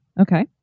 Okay